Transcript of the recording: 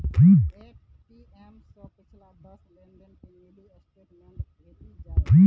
ATM सं पिछला दस लेनदेन के मिनी स्टेटमेंट भेटि जायत